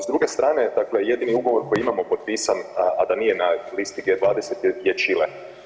S druge strane, dakle jedini ugovor koji imamo potpisan, a da nije na listi G20 je Čile.